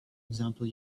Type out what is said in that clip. example